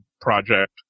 project